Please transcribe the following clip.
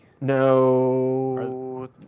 No